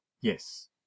yes